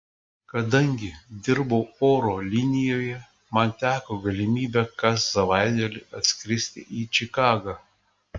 kadangi dirbau oro linijoje man teko galimybė kas savaitgalį atskristi į čikagą